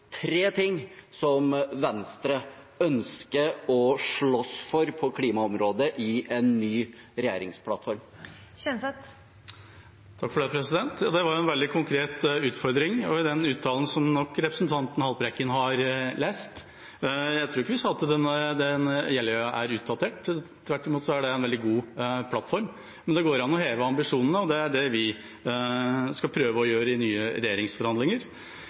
tre ting som Venstre ønsker å slåss for på klimaområdet i en ny regjeringsplattform. Ja, det var jo en veldig konkret utfordring. I den uttalelsen som representanten Haltbrekken nok har lest, tror jeg ikke vi sa at Jeløya-plattformen er utdatert. Tvert imot er det en veldig god plattform. Men det går an å heve ambisjonene, og det er det vi skal prøve å gjøre i de nye